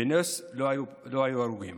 בנס לא היו הרוגים.